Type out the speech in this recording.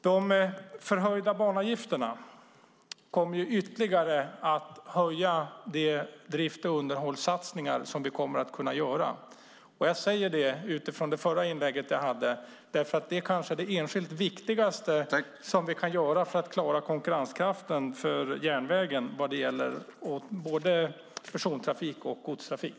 De förhöjda banavgifterna kommer ytterligare att höja de drift och underhållssatsningar som vi kommer att kunna göra. Jag säger detta utifrån det förra inlägget jag hade eftersom det kanske är det enskilt viktigaste vi kan göra för att klara konkurrenskraften för järnvägen både när det gäller persontrafik och godstrafik.